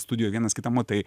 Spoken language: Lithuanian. studijoj vienas kitą matai